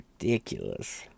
ridiculous